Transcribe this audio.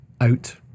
out